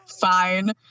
fine